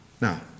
Now